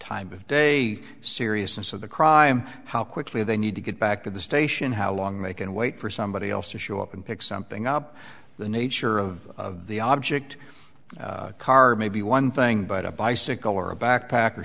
time of day seriousness of the crime how quickly they need to get back to the station how long they can wait for somebody else to show up and pick something up the nature of the object car may be one thing but a bicycle or a backpack or